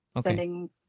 Sending